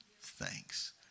thanks